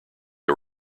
are